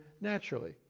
naturally